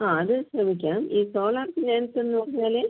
ആ അത് ശ്രമിക്കാം ഈ ചോള ഫിനാൻസെന്ന് പറഞ്ഞാൽ